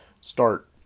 start